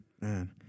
man